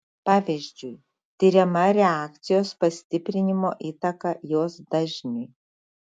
pavyzdžiui tiriama reakcijos pastiprinimo įtaka jos dažniui